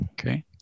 Okay